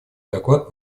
доклад